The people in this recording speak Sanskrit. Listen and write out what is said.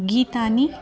गीतानि